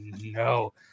no